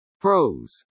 Pros